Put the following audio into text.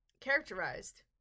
characterized